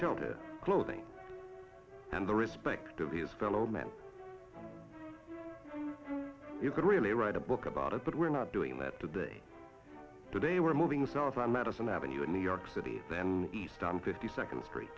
shelter clothing and the respect of his fellow man you could really write a book about it but we're not doing that today today we're moving south on madison avenue in new york city then east on fifty second street